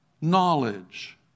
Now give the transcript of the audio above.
Knowledge